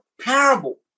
parable